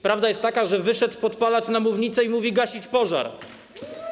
Prawda jest taka, że wyszedł podpalacz na mównicę i mówi: gasić pożar.